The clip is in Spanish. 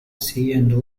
siguiendo